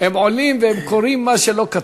הם עולים והם קוראים מה שלא כתוב.